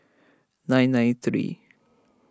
nine nine three